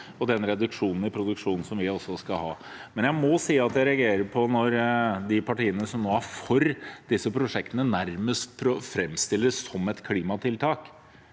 med den reduksjonen i produksjon vi også skal ha. Jeg må si jeg reagerer når de partiene som nå er for disse prosjektene, nærmest framstiller det som et klimatiltak.